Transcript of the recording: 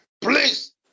Please